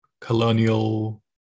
colonial